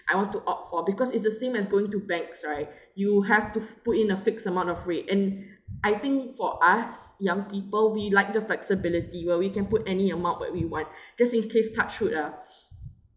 I want to opt for because it's the same as going to banks right you have to put in a fixed amount of rate and I think for us young people we like the flexibility where we can put any amount when we would just in case touch wood ah